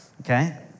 okay